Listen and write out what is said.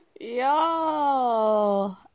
Y'all